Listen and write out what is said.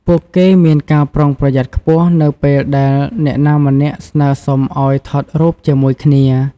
ពួកគេមានការប្រុងប្រយ័ត្នខ្ពស់នៅពេលដែលអ្នកណាម្នាក់ស្នើសុំឱ្យថតរូបជាមួយគ្នា។